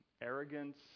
arrogance